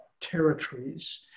territories